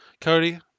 Cody